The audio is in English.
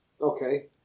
Okay